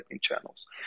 channels